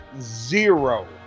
zero